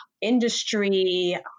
industry